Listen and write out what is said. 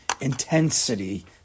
intensity